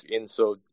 Inso